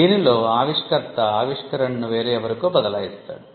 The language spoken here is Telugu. దీనిలో ఆవిష్కర్త ఆవిష్కరణను వేరే ఎవరికో బదలాయిస్తాడు